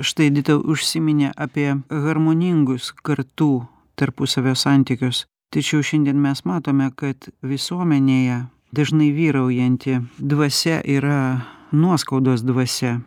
štai edita užsiminė apie harmoningus kartų tarpusavio santykius tačiau šiandien mes matome kad visuomenėje dažnai vyraujanti dvasia yra nuoskaudos dvasia